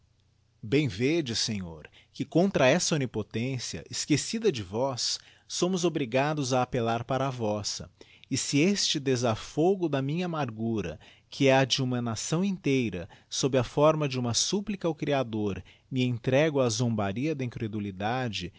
bem vedes senhor que contra essa omnipotência esquecida de vós somos obrigados a appellarpara a vossa e si este desafogo da minha amargura que é a de uma nação inteira sob a forma de uma supplica ao creador me entrego á zombaria da incredulidade